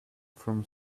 from